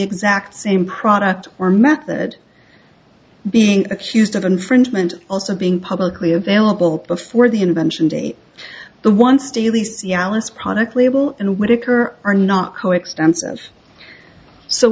exact same product or method being accused of infringement also being publicly available before the invention date the once daily cialis product label and would occur are not